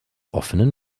offenen